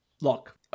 look